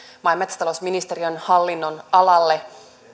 maa ja metsätalousministeriön hallinnonalalle